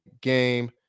game